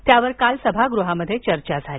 त्यावर काल सभागृहात चर्चा झाली